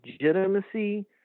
legitimacy